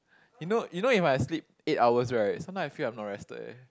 you know you know even I sleep eight hours right sometime I feel I'm not rested eh